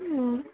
অঁ